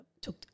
took